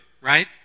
right